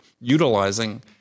utilizing